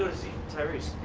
tyrese.